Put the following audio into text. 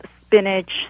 spinach